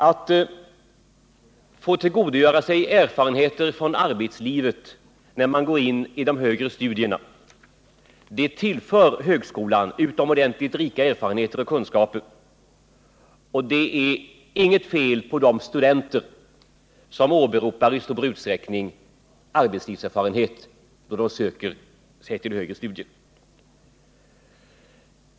Att få tillgodogöra sig erfarenheter från arbetslivet när man går in i de högre studierna tillför högskolan utomordentligt rika erfarenheter och kunskaper, och det är inget fel på de studenter som i stor utsträckning åberopar arbetslivserfarenheter då de söker sig till högre studier.